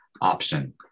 option